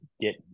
get